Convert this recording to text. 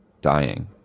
dying